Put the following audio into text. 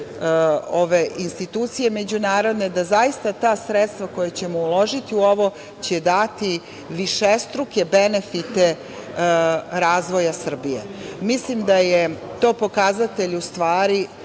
ove institucije, međunarodne, da zaista ta sredstva koja ćemo uložiti u ovo, će dati višestruke benefite razvoja Srbije. Mislim da je to pokazatelj da